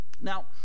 Now